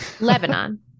Lebanon